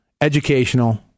educational